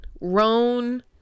Roan